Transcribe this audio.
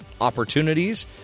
opportunities